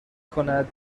کند